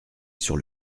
sur